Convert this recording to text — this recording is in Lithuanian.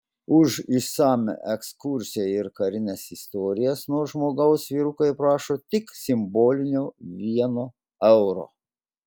už išsamią ekskursiją ir karines istorijas nuo žmogaus vyrukai prašo tik simbolinio vieno euro